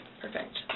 Perfect